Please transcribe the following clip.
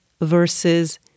versus